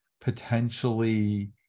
potentially